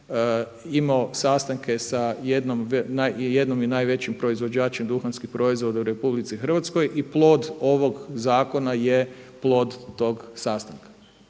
imao sastanke sa jednim i najvećim proizvođačem duhanskih proizvoda u RH i plod ovog zakona je plod tog sastanka.